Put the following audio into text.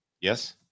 Yes